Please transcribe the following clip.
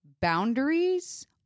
boundaries